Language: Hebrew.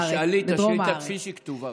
תשאלי את השאילתה כפי שהיא כתובה.